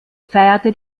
feierte